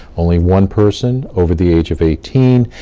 only one person over the age of eighteen,